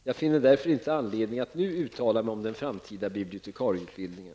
Jag finner därför inte anledning att nu uttala mig om den framtida bibliotekarieutbildningen.